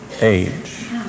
age